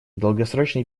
долгосрочной